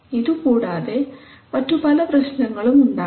ഇതുകൂടാതെ മറ്റു പല പ്രശ്നങ്ങളും ഉണ്ടാകാം